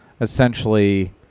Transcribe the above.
essentially